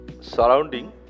surrounding